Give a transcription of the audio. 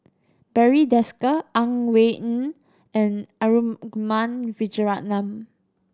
Barry Desker Ang Wei Neng and Arumugam Vijiaratnam